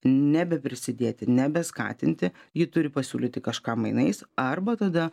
nebeprisidėti nebeskatinti ji turi pasiūlyti kažką mainais arba tada